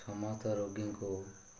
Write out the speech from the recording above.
ସମସ୍ତ ରୋଗୀଙ୍କୁ